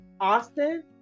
Austin